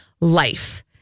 life